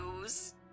news